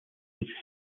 would